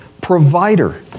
provider